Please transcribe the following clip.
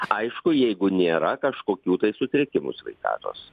aišku jeigu nėra kažkokių tai sutrikimų sveikatos